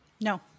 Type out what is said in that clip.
No